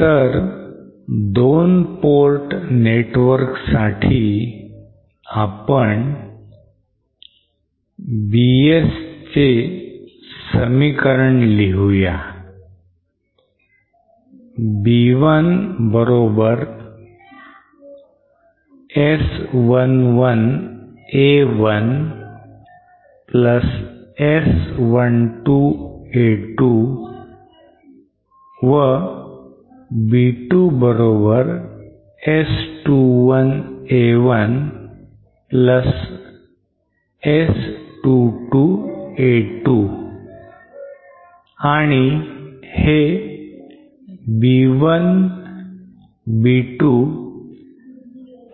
तर 2 port network साठी आपण b's ची समीकरणे लिहूया b1 S11a1S12a2 व b2S21a1S22a2 आणि हे b1 b2